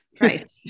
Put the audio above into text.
Right